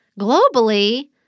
globally